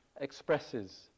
expresses